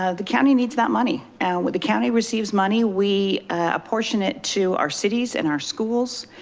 ah the county needs that money and with the county receives money, we apportion it to our cities and our schools.